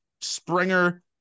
Springer